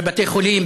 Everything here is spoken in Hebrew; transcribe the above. בבתי חולים,